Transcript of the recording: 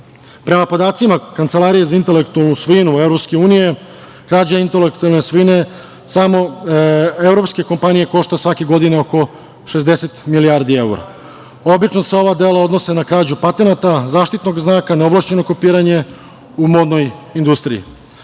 podacima Kancelarije za intelektualnu svojinu EU krađa intelektualne svojine samo evropske kompanije košta svake godine oko 60 milijardi evra. Obično se ova dela odnose na krađu patenata, zaštitnog znaka, neovlašćenog kopiranje u modnoj industriji.U